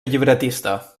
llibretista